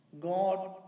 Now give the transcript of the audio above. God